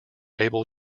able